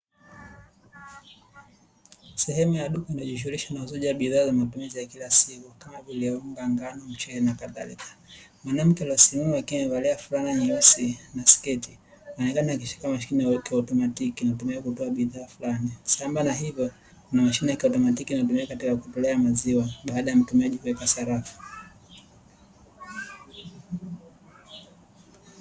Sehemu ya duka inajishughulisha na uuzaji wa bidhaa za matumizi ya kila siku, kama vile unga wa ngano, mchele na kadhalika, mwanamke aliyesimama akiwa amevalia fulana nyeusi na sketi ameonekana akishikilia mashine ya kiautomatiki, inatumika kutoa bidhaa fulani ya maziwa baada ya mtumiaji kuweka sadaka.